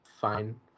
fine